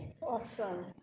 Awesome